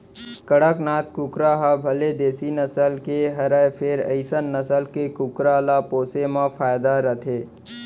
कड़कनाथ कुकरा ह भले देसी नसल के हरय फेर अइसन नसल के कुकरा ल पोसे म फायदा रथे